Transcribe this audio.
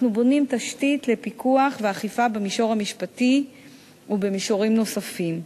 אנחנו בונים תשתית לפיקוח ואכיפה במישור המשפטי ובמישורים נוספים,